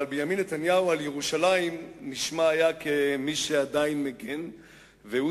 בנימין נתניהו נשמע כמי שעדיין מגן על ירושלים,